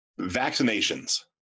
Vaccinations